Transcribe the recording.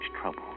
trouble